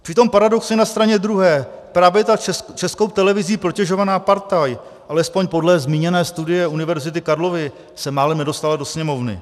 Přitom paradoxně na straně druhé právě ta Českou televizí protežovaná partaj, alespoň podle zmíněné studie Univerzity Karlovy, se málem nedostala do Sněmovny.